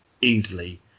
easily